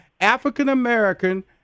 African-American